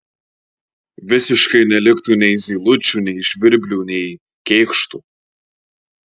visiškai neliktų nei zylučių nei žvirblių nei kėkštų